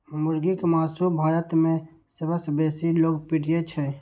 मुर्गीक मासु भारत मे सबसं बेसी लोकप्रिय छै